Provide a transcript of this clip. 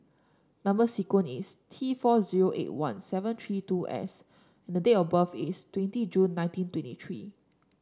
number sequence is T four zero eight one seven three two S and date of birth is twenty June nineteen twenty three